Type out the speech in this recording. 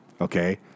Okay